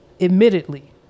admittedly